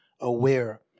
aware